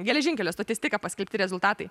geležinkelio stotis tik ką paskelbti rezultatai